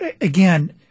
again